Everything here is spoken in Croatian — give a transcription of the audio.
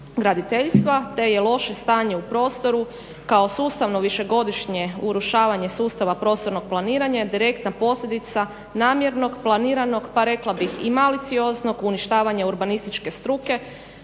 graditeljstva te je loše stanje u prostoru kao sustavno višegodišnje urušavanje sustava prostornog planiranja direktna posljedica namjernog, planiranog, pa rekla bih i malicioznog uništavanja urbanističke struke